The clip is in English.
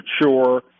mature